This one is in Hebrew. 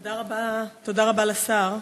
תודה רבה לשר וליושב-ראש.